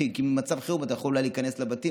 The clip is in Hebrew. כי במצב חירום אתה יכול אולי להיכנס לבתים